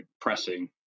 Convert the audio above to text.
pressing